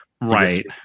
Right